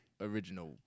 original